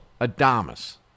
Adamas